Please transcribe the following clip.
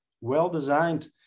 well-designed